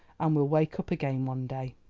and will wake up again one day.